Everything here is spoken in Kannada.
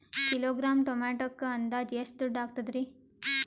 ಕಿಲೋಗ್ರಾಂ ಟೊಮೆಟೊಕ್ಕ ಅಂದಾಜ್ ಎಷ್ಟ ದುಡ್ಡ ಅಗತವರಿ?